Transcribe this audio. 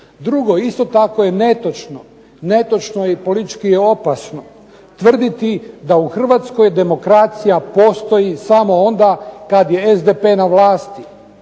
Drugo, isto tako je netočno, netočno i politički je opasno tvrditi da u Hrvatskoj demokracija postoji samo onda kada je SDP na vlasti.